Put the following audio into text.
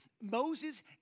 Moses